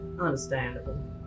Understandable